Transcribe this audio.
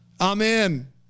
Amen